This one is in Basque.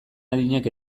adinak